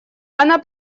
она